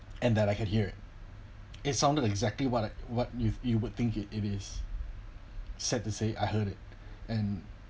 and that I could hear it sounded exactly what uh what if you would think it is sad to say I heard it and